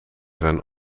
zijn